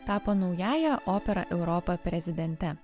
tapo naująja opera europa prezidente